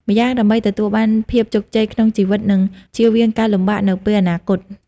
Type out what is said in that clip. ម្យ៉ាងដើម្បីទទួលបានភាពជោគជ័យក្នុងជីវិតនិងជៀសវាងការលំបាកនៅពេលអនាគត។